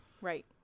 Right